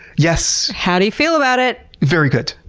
yes. how do you feel about it? very good.